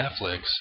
Netflix